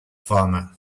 farmer